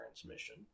transmission